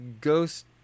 ghost